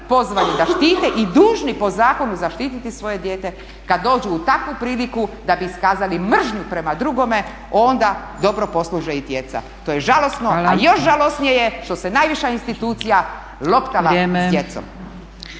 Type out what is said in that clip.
pozvani da štite i dužni po zakonu zaštititi svoje dijete kad dođu u takvu priliku da bi iskazali mržnju prema drugome onda dobro posluže i djeca. To je žalosno. …/Upadica Zgrebec: Hvala./… A još žalosnije je što se najviša institucija loptala s djecom.